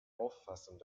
auffassung